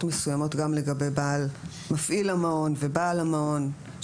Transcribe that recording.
מסוימות גם לגבי מפעיל המעון ובעל המעון,